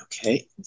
Okay